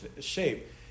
shape